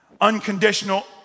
unconditional